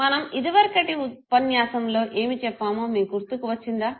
మనం ఇదివరకటి ఉపన్యాసంలో ఏమి చెప్పామో మీకు గుర్తు వచ్చిందా